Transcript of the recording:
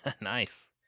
Nice